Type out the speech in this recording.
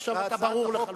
עכשיו אתה ברור לחלוטין.